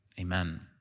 Amen